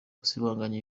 gusibanganya